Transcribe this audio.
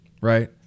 right